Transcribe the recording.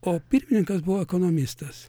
o pirmininkas buvo ekonomistas